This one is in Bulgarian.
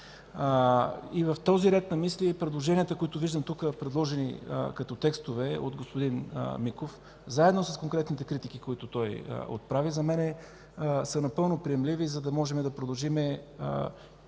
В този род на мисли предложенията, които виждам тук, предложени като текстове от господин Миков, заедно с конкретните критики, които той отправя, за мен са напълно приемливи, за да можем да продължим